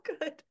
good